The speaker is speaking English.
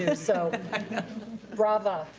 ah so bravo.